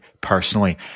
personally